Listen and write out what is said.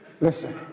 listen